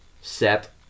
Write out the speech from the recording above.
set